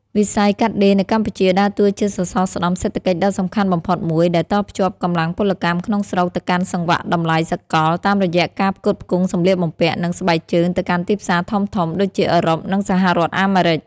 វិស័យកាត់ដេរនៅកម្ពុជាដើរតួជាសសរស្តម្ភសេដ្ឋកិច្ចដ៏សំខាន់បំផុតមួយ ដែលតភ្ជាប់កម្លាំងពលកម្មក្នុងស្រុកទៅកាន់សង្វាក់តម្លៃសកល តាមរយៈការផ្គត់ផ្គង់សម្លៀកបំពាក់ និងស្បែកជើងទៅកាន់ទីផ្សារធំៗដូចជាអឺរ៉ុប និងសហរដ្ឋអាមេរិក។